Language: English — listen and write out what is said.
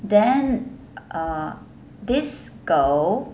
then uh this girl